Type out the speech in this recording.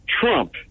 Trump